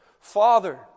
Father